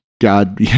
God